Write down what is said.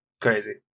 crazy